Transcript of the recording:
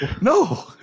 No